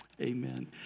Amen